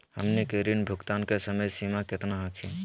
हमनी के ऋण भुगतान के समय सीमा केतना हखिन?